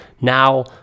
Now